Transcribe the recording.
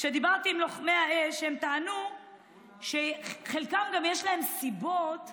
כשדיברתי עם לוחמי האש הם טענו שלחלקם גם יש סיבות לזקן,